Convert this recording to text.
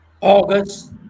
August